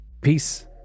Peace